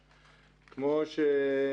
(הצגת מצגת) כפי שביקשת,